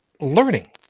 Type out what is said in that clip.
learning